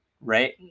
Right